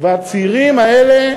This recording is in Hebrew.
והצעירים האלה,